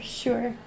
sure